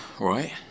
right